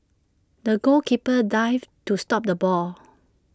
the goalkeeper dived to stop the ball